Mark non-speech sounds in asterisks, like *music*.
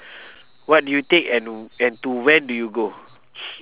what you take and and to when do you go *noise*